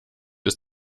ist